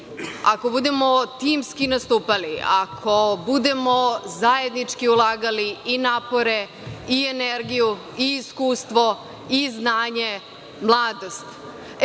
Ako budemo timski nastupali, ako budemo zajednički ulagali napore, energiju, iskustvo, znanje i mladost. Otud